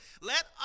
Let